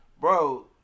Bro